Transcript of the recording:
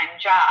job